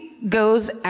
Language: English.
goes